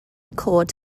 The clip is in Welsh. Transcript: cod